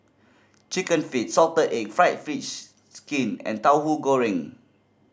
Chicken Feet salted egg fried fish skin and Tauhu Goreng